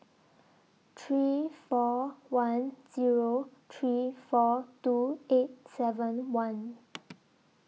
three four one Zero three four two eight seven one